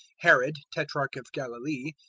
herod tetrarch of galilee,